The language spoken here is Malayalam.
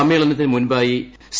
സമ്മേളനത്തിനു മുമ്പായി സി